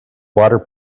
water